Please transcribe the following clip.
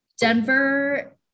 Denver